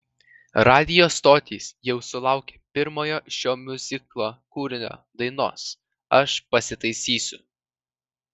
radijo stotys jau sulaukė pirmojo šio miuziklo kūrinio dainos aš pasitaisysiu